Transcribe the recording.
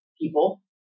people